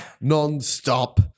non-stop